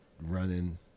running